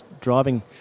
driving